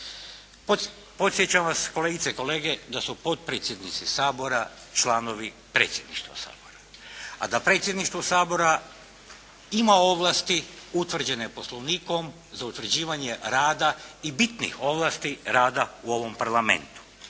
Podsjećam vas, kolegice i kolege, da su potpredsjednici Sabora članovi Predsjedništva Sabora a da Predsjedništvo Sabora ima ovlasti utvrđene poslovnikom za utvrđivanje rada i bitnih ovlasti rada u ovom parlamentu.